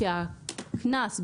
הקנס,